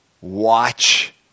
watch